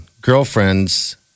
girlfriends